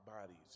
bodies